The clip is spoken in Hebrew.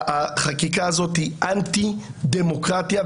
החקיקה הזו היא אנטי דמוקרטיה.